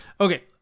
okay